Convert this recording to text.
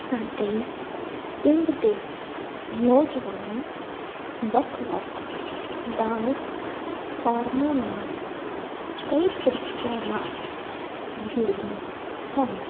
ਸਾਡੇ ਪਿੰਡ ਦੇ ਨੌਜਵਾਨ ਵੱਖ ਵੱਖ ਡਾਂਸ ਫਾਰਮਾਂ ਨਾਲ ਕਈ ਤਰੀਕਿਆਂ ਨਾਲ